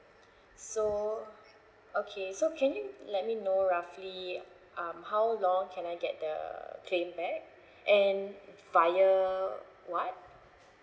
so okay so can you let me know roughly um how long can I get the claim back and via what